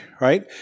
right